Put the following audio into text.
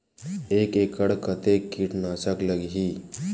एक एकड़ कतेक किट नाशक लगही?